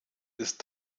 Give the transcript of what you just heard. ist